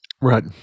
Right